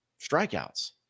strikeouts